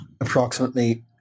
approximately